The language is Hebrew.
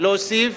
לסיום.